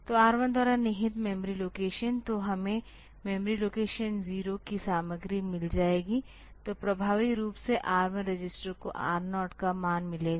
तो R1 द्वारा निहित मेमोरी लोकेशन तो हमें मेमोरी लोकेशन 0 की सामग्री मिल जाएगी तो प्रभावी रूप से R1 रजिस्टर को R0 का मान मिलेगा